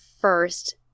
first